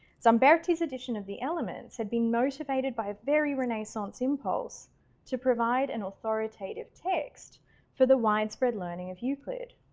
zambertti's edition of the elements had been motivated by a very renaissance impulse to provide an authoritative text for the widespread learning of euclid.